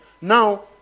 Now